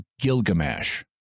Gilgamesh